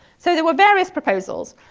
so there were various proposals.